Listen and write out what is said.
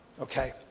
Okay